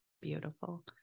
beautiful